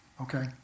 okay